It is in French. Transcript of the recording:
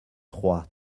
trois